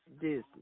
Disney